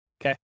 Okay